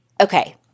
okay